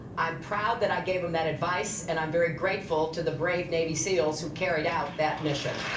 i'm proud that i gave him that advice. and i'm very grateful to the brave navy seals who carried out that mission.